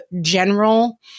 general